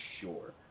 Sure